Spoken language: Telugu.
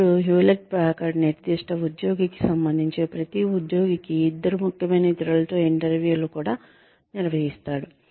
అప్పుడు హ్యూలెట్ ప్యాకర్డ్ నిర్దిష్ట ఉద్యోగికి సంబంధించి ప్రతి ఉద్యోగికి ఇద్దరు ముఖ్యమైన ఇతరులతో ఇంటర్వ్యూలు కూడా నిర్వహిస్తాడు